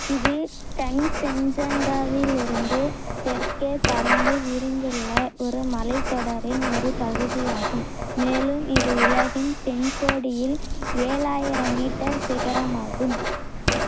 இது கங்சென்ஜங்காவில் இருந்து தெற்கே பரந்து விரிந்துள்ள ஒரு மலைத்தொடரின் ஒரு பகுதியாகும் மேலும் இது உலகின் தென்கோடியில் ஏழாயிரம் மீட்டர் சிகரம் ஆகும்